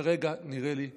כרגע נראה לי שכלום.